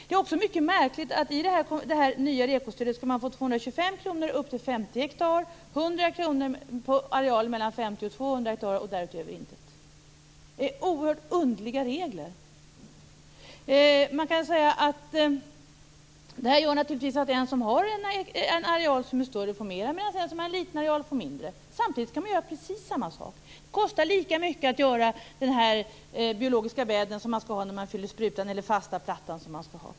Det är också märkligt att man med det nya REKO Det är oerhört underliga regler. Det här innebär att den som har en areal som är större får mer, medan den som har en liten areal får mindre. Samtidigt kan de göra precis samma sak. Det kostar lika mycket att göra den biologiska bädden som man skall ha när man fyller sprutan eller den fasta plattan.